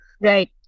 Right